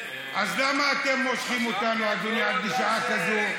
למה אתם מושכים אותנו, אדוני, עד לשעה כזאת?